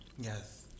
yes